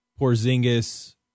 Porzingis